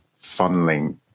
funneling